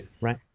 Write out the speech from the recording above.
right